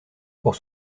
pour